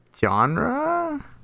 genre